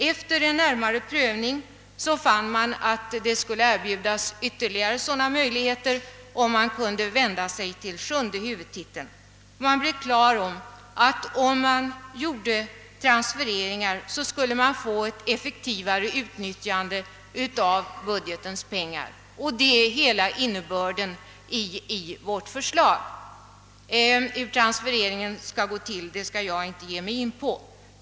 Efter en närmare prövning fann man att det skulle erbjudas ytterligare sådana möjligheter om man kunde gå till sjunde huvudtiteln. Man blev på det klara med att om det gjordes transfereringar skulle man kunna åstadkomma ett effektivare utnyttjande av budgetens pengar — det är hela innebörden i vårt förslag. Hur transfereringen skall gå till skall jag inte ge mig in på.